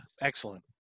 excellent